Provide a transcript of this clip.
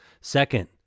Second